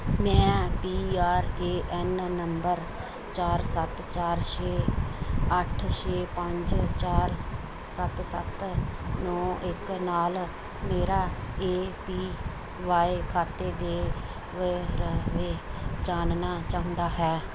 ਮੈਂ P R A N number ਚਾਰ ਸੱਤ ਚਾਰ ਛੇ ਅੱਠ ਛੇ ਪੰਜ ਚਾਰ ਸ ਸੱਤ ਸੱਤ ਨੌਂ ਇੱਕ ਨਾਲ ਮੇਰਾ ਏ ਪੀ ਵਾਏ ਖਾਤੇ ਦੇ ਵੇਰਵੇ ਜਾਣਨਾ ਚਾਹੁੰਦਾ ਹੈ